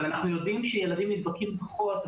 אבל אנחנו יודעים שילדים נדבקים פחות.